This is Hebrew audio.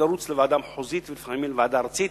לרוץ לוועדה מחוזית ולפעמים לוועדה ארצית,